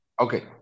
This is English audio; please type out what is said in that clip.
Okay